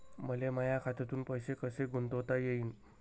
मले माया खात्यातून पैसे कसे गुंतवता येईन?